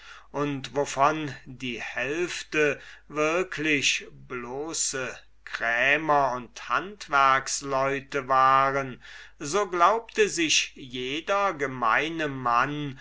und wovon beinahe die hälfte wirklich bloße krämer und handwerksleute waren so glaubte sich jeder gemeine mann